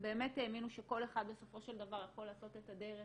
באמת האמינו שכל אחד בסופו של דבר יכול לעשות את הדרך